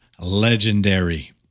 legendary